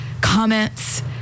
comments